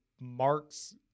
Mark's